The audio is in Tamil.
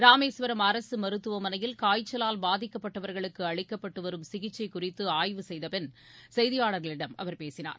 ராமேஸ்வரம் அரசமருத்துவமனையில் காய்ச்சலால் பாதிக்கப்பட்டவர்களுக்குஅளிக்கப்பட்டுவரும் சிகிச்சைகுறித்துஆய்வு செய்தபின்னர் செய்தியாளர்களிடம் அவர் பேசினார்